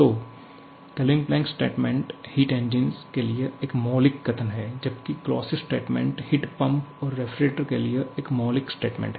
तो Kelvin Planck statement heat engine के लिए एक मौलिक कथन है जबकि क्लॉसियस स्टेटमेंट हीट पंप और रेफ्रिजरेटर के लिए एक मौलिक स्टेटमेंट है